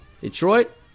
Detroit